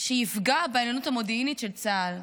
שיפגע בעליונות המודיעינית של צה"ל,